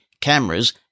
cameras